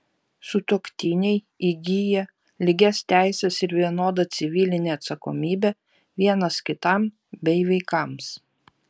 sutuoktiniai įgyja lygias teises ir vienodą civilinę atsakomybę vienas kitam bei vaikams